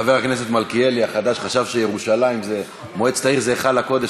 חבר הכנסת מלכיאלי החדש חשב שמועצת העיר זה היכל הקודש.